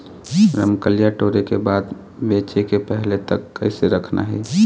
रमकलिया टोरे के बाद बेंचे के पहले तक कइसे रखना हे?